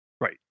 Right